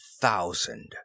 thousand